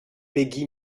peggy